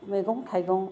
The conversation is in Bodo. मैगं थाइगं